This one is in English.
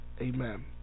Amen